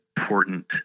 important